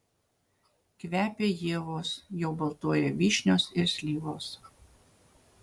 kvepia ievos jau baltuoja vyšnios ir slyvos